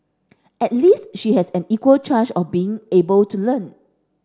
at least she has an equal chance of being able to learn